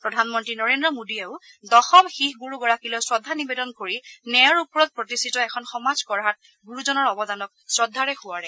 প্ৰধানমন্ত্ৰী নৰেন্দ্ৰ মোদীয়েও দশম শিখ গুৰুগৰাকীলৈ শ্ৰদ্ধা নিৱেদন কৰি ন্যায়ৰ ওপৰত প্ৰতিষ্ঠিত এখন সমাজ গঢ়াত গুৰুজনৰ অৱদানক শ্ৰদ্ধাৰে সোঁৱৰে